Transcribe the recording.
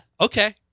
okay